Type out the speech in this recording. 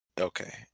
Okay